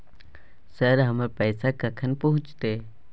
Sir, हमर पैसा कखन पहुंचतै?